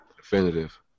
Definitive